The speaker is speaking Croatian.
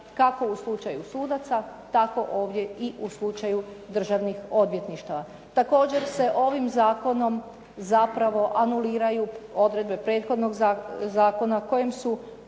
kako u slučaju sudaca tako ovdje i u slučaju državnih odvjetništava. Također se ovim zakonom zapravo anuliraju odredbe prethodnog zakona kojem su